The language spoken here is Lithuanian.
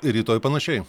rytoj panašiai